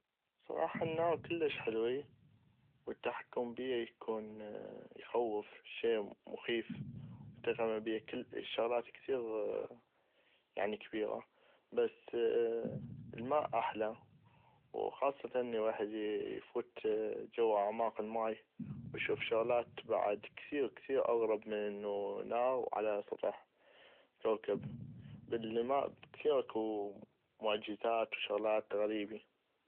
بصراحة الناغ كلش حلوي والتحكم بيها اكون اخوف شي مخيف اطيق يعمل بيا كل الشغلات كثيغ يعني كبيغة بس الماء احلى وخاصة الويحد افوت جوا اعماق الماي واشوف شغلات بعد كثيغ كثيغ اغرب من انو ناغ وعلى سطح كوكب بل الماء كثيغ اكو معجزات وشغلات غريبي.